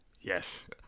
Yes